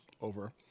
over